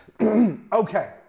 Okay